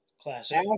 Classic